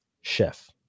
Chef